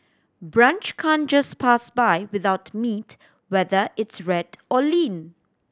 brunch can just pass by without meat whether it's red or lean